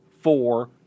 four